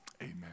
Amen